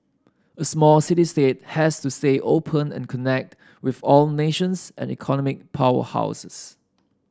a small city state has to stay open and connect with all nations and economic powerhouses